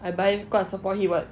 I buy cause I support him [what]